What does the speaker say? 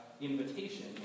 invitation